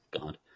God